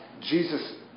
Jesus